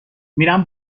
میرم